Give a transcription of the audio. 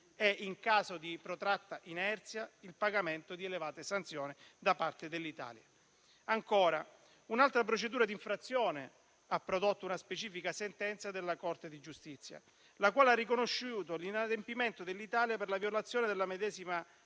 è, in caso di protratta inerzia, il pagamento di elevate sanzioni da parte dell'Italia. Ancora un'altra procedura di infrazione ha prodotto una specifica sentenza della Corte di giustizia, la quale ha riconosciuto l'inadempimento dell'Italia per la violazione della medesima